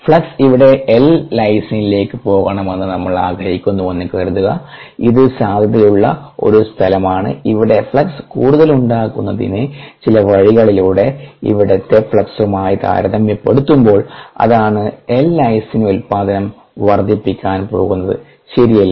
flux ഇവിടെ L ലൈസിനിലേക്ക് പോകണമെന്ന് നമ്മൾ ആഗ്രഹിക്കുന്നുവെന്ന് കരുതുക ഇത് സാധ്യതയുള്ള ഒരു സ്ഥലമാണ് ഇവിടെ ഫ്ലക്സ് കൂടുതൽ ഉണ്ടാക്കുന്നതിന് ചില വഴികളിലൂടെ ഇവിടത്തെ ഫ്ലക്സുമായി താരതമ്യപ്പെടുത്തുമ്പോൾ അതാണ് എൽ ലൈസിൻ ഉത്പാദനം വർദ്ധിപ്പിക്കാൻ പോകുന്നത് ശരിയല്ലേ